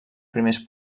primers